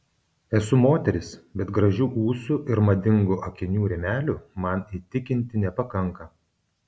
esu moteris bet gražių ūsų ir madingų akinių rėmelių man įtikinti nepakanka